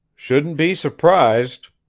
shouldn't be surprised,